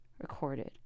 recorded